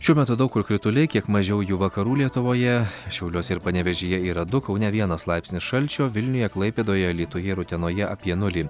šiuo metu daug kur krituliai kiek mažiau jų vakarų lietuvoje šiauliuose ir panevėžyje yra du kaune vienas laipsnis šalčio vilniuje klaipėdoje alytuje ir utenoje apie nulį